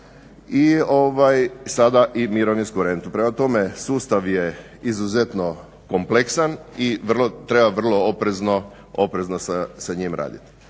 i sada i mirovinsku rentu. Prema tome, sustav je izuzetno kompleksan i treba vrlo oprezno sa njim raditi.